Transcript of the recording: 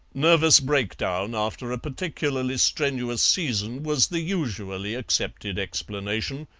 nervous breakdown after a particularly strenuous season was the usually accepted explanation,